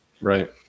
right